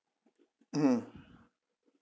mmhmm